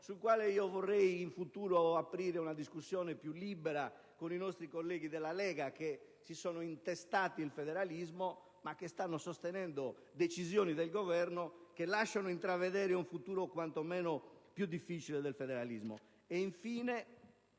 sul quale vorrei in futuro aprire una discussione più libera, con i nostri colleghi della Lega che si sono intestati il federalismo ma che stanno sostenendo decisioni del Governo che lasciano intravedere un futuro quanto meno più difficile per il federalismo